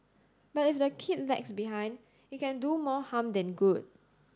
but if the kid lags behind it can do more harm than good